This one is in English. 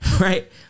Right